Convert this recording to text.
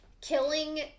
killing